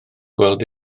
gweld